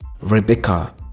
Rebecca